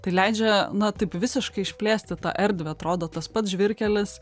tai leidžia na taip visiškai išplėsti tą erdvę atrodo tas pats žvyrkelis